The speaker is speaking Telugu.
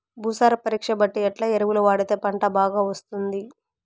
భూసార పరీక్ష బట్టి ఎట్లా ఎరువులు వాడితే పంట బాగా వస్తుంది?